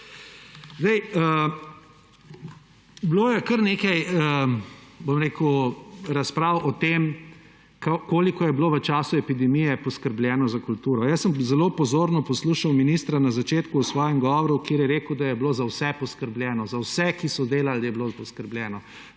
Bilo je kar nekaj razprav o tem, koliko je bilo v času epidemije poskrbljeno za kulturo. Zelo pozorno sem poslušal ministra na začetku v svojem govoru, kjer je rekel, da je bilo za vse poskrbljeno. Za vse, ki so delali, je bilo poskrbljeno;